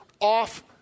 off